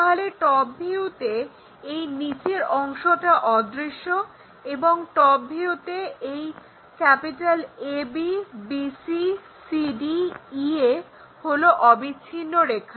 তাহলে টপ ভিউতে এই নিচের অংশটা অদৃশ্য এবং টপ ভিউতে এই AB BC CD EA হলো অবিচ্ছিন্ন রেখা